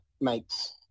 makes